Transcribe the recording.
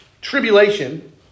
tribulation